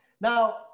Now